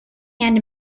hand